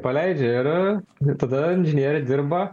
paleidžia ir tada inžinieriai dirba